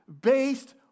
based